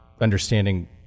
understanding